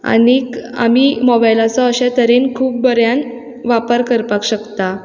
आनीक आमी मोबायलाचो अशा तरेन खूब बऱ्यान वापर करपाक शकतात